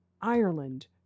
Ireland